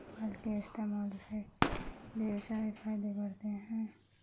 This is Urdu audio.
موبائل کے استعمال سے ڈھیر سارے فائدے ہوتے ہیں